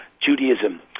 Judaism